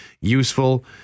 useful